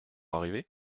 arrivé